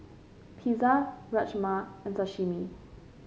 Pizza Rajma and Sashimi